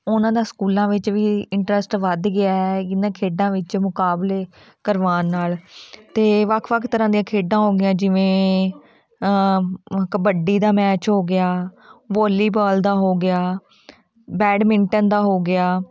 ਉਹਨਾਂ ਦਾ ਸਕੂਲਾਂ ਵਿੱਚ ਵੀ ਇੰਟਰਸਟ ਵੱਧ ਗਿਆ ਇਨ੍ਹਾਂ ਖੇਡਾਂ ਵਿੱਚ ਮੁਕਾਬਲੇ ਕਰਵਾਉਣ ਨਾਲ ਅਤੇ ਵੱਖ ਵੱਖ ਤਰ੍ਹਾਂ ਦੀਆਂ ਖੇਡਾਂ ਹੋ ਗਈਆਂ ਜਿਵੇਂ ਕਬੱਡੀ ਦਾ ਮੈਚ ਹੋ ਗਿਆ ਵੋਲੀਬਾਲ ਦਾ ਹੋ ਗਿਆ ਬੈਡਮਿੰਟਨ ਦਾ ਹੋ ਗਿਆ